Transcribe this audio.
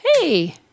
hey